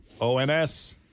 ONS